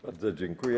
Bardzo dziękuję.